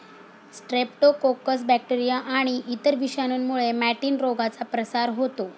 Streptococcus bacteria आणि इतर विषाणूंमुळे मॅटिन रोगाचा प्रसार होतो